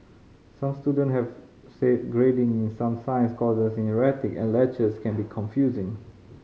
some student have said grading in some science courses is erratic and lectures can be confusing